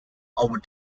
our